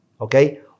Okay